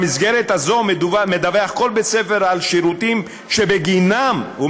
במסגרת הזאת מדווח כל בית-ספר על שירותים שבגינם הוא